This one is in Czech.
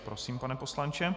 Prosím, pane poslanče.